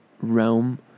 realm